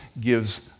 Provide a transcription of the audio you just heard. gives